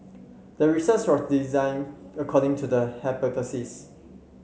the research was designed according to the hypothesis